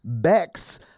Bex